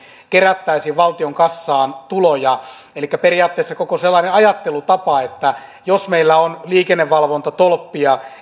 kerättäisiin valtion kassaan tuloja elikkä periaatteessa koko sellainen ajattelutapa että meillä on liikennevalvontatolppia